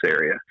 area